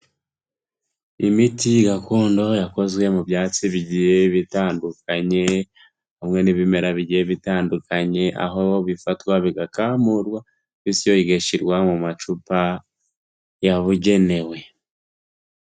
Imiti gakondo yakozwe mu byatsi bigiye bitandukanye, hamwe n'ibimera bigiye bitandukanye aho bifatwa bigakamurwa bityo bigashyirwa mu macupa yabugenewe.